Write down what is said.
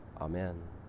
Amen